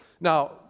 Now